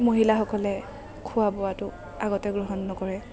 মহিলাসকলে খোৱা বোৱাটো আগতে গ্ৰহণ নকৰে